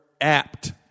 apt